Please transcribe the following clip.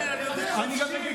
חופשי,